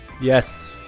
yes